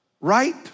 right